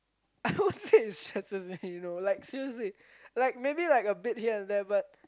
I won't say it's you know like seriously like maybe here and there